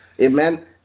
Amen